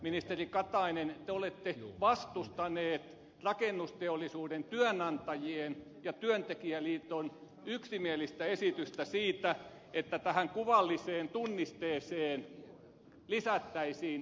ministeri katainen te olette vastustanut rakennusteollisuuden työnantajien ja työntekijäliiton yksimielistä esitystä siitä että tähän kuvalliseen tunnisteeseen lisättäisiin veronumero